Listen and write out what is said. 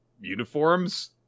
uniforms